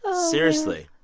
ah seriously.